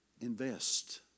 invest